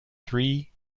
three